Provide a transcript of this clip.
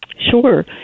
Sure